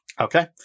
Okay